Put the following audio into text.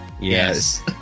Yes